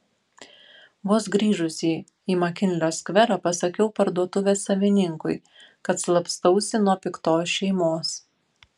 vos grįžusi į makinlio skverą pasakiau parduotuvės savininkui kad slapstausi nuo piktos šeimos